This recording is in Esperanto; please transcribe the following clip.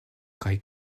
kaj